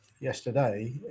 yesterday